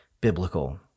biblical